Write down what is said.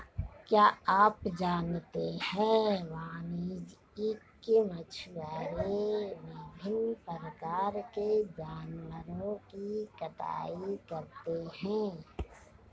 क्या आप जानते है वाणिज्यिक मछुआरे विभिन्न प्रकार के जानवरों की कटाई करते हैं?